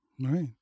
Right